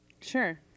Sure